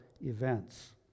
events